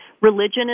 religion